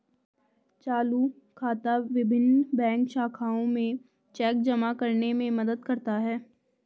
चालू खाता विभिन्न बैंक शाखाओं में चेक जमा करने में मदद करता है